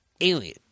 alien